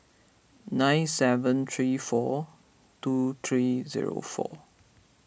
nine seven three four two three zero four